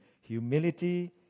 Humility